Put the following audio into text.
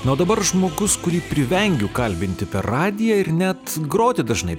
nuo dabar žmogus kurį privengiu kalbinti per radiją ir net groti dažnai